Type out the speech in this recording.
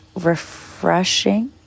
refreshing